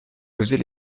causer